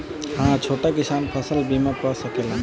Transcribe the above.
हा छोटा किसान फसल बीमा पा सकेला?